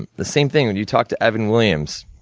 the same thing when you talk to evan williams.